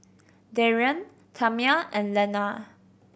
Darrion Tamia and Lenna